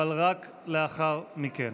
אבל רק לאחר מכן.